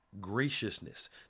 graciousness